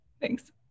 thanks